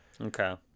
okay